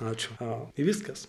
ačiū a i viskas